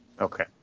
okay